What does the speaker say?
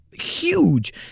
huge